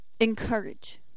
encourage